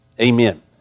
amen